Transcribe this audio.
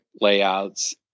layouts